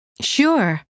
Sure